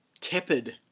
tepid